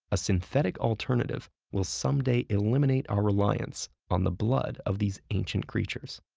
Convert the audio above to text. a synthetic alternative will someday eliminate our reliance on the blood of these ancient creatures.